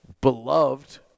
beloved